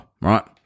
right